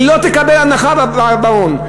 היא לא תקבל הנחה במעון,